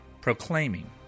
proclaiming